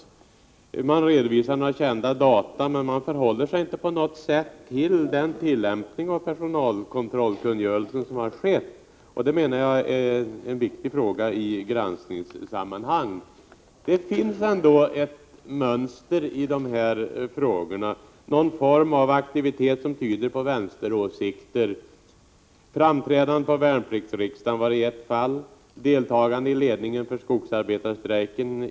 Utskottet redovisar vissa kända data, men förhåller sig inte på något sätt till den tillämpning av personalkontrollkungörelsen som har skett. Jag menar att det är en viktig fråga i granskningssammanhang. Det finns ändå ett mönster i dessa ärenden, nämligen någon form av aktivitet som tyder på vänsteråsikter. I ett fall var det ett framträdande på värnpliktsriksdagen, i ett annat deltagande i ledningen för skogsarbetarstrejken.